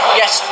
yes